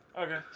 Okay